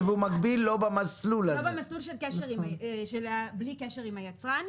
הוא מקביל לא במסלול הזה לא במסלול של בלי קשר עם היצרן.